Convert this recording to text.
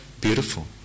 beautiful